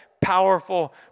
powerful